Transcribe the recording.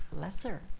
lesser